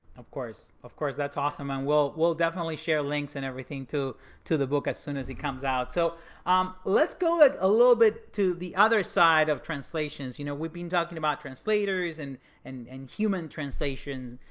of course, of course, that's awesome. and we'll we'll definitely share links and everything to to the book as soon as it comes out. so um let's go a little bit to the other side of translations. you know, we've been talking about translators and and and human translations,